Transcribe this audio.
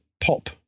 pop